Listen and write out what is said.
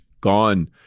gone